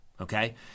Okay